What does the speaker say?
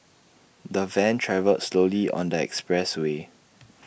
the van travelled slowly on the expressway